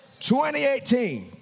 2018